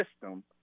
system